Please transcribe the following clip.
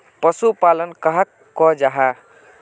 पशुपालन कहाक को जाहा?